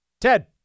Ted